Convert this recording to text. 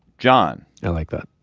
john i like that.